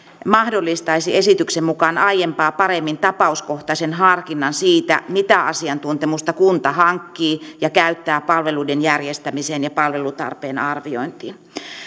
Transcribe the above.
mahdollistaisi esityksen mukaan aiempaa paremmin tapauskohtaisen harkinnan siitä mitä asiantuntemusta kunta hankkii ja käyttää palveluiden järjestämiseen ja palvelutarpeen arviointiin